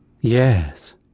Yes